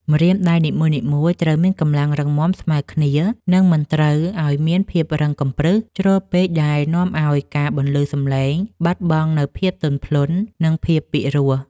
ម្រាមដៃនីមួយៗត្រូវមានកម្លាំងរឹងមាំស្មើគ្នា និងមិនត្រូវឱ្យមានភាពរឹងកំព្រឹសជ្រុលពេកដែលនាំឱ្យការបន្លឺសម្លេងបាត់បង់នូវភាពទន់ភ្លន់ និងភាពពីរោះ។